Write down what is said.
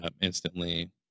instantly